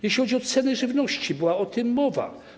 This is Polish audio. Jeśli chodzi o ceny żywności, była o tym mowa.